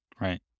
right